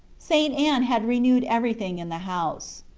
st. anne had renewed everything in the house.